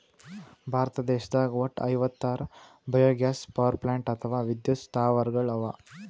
ಭಾರತ ದೇಶದಾಗ್ ವಟ್ಟ್ ಐವತ್ತಾರ್ ಬಯೊಗ್ಯಾಸ್ ಪವರ್ಪ್ಲಾಂಟ್ ಅಥವಾ ವಿದ್ಯುತ್ ಸ್ಥಾವರಗಳ್ ಅವಾ